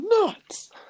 nuts